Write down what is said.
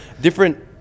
different